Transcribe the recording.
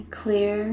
clear